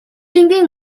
энгийн